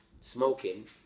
smoking